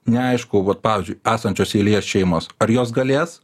neaišku vot pavyzdžiui esančios eilėje šeimos ar jos galės